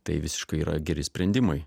tai visiškai yra geri sprendimai